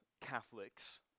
Catholics